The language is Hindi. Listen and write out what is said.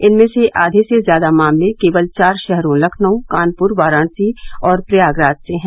इनमें से आधे से ज्यादा मामले केवल चार शहरों लखनऊ कानपुर वाराणसी और प्रयागराज से हैं